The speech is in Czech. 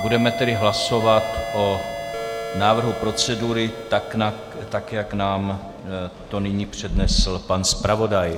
Budeme tedy hlasovat o návrhu procedury, tak jak nám to nyní přednesl pan zpravodaj.